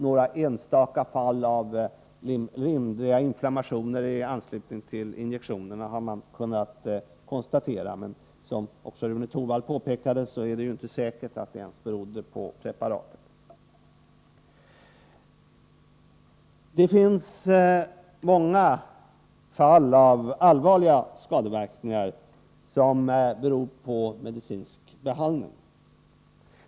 Några enstaka fall av lindriga inflammationer i anslutning till injektionerna har man kunnat konstatera, men som också Rune Torwald påpekade är det ju inte ens säkert att detta berodde på preparatet. Det finns många fall av allvarliga skadeverkningar som beror på medicinsk behandling.